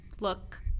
look